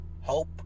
hope